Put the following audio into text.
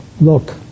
Look